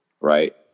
right